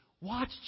Watch